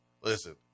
Listen